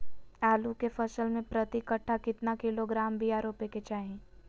आलू के फसल में प्रति कट्ठा कितना किलोग्राम बिया रोपे के चाहि?